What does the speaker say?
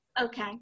Okay